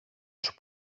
σου